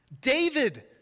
David